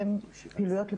הן פעילויות לבחירה.